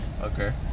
Okay